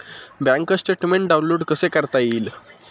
Bank statement download कसे करता येईल?